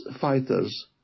fighters